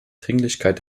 dringlichkeit